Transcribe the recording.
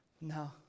No